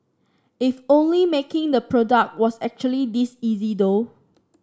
if only making the product was actually this easy though